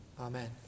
Amen